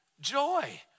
joy